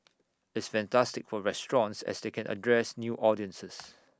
it's fantastic for restaurants as they can address new audiences